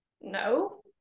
No